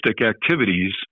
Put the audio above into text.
activities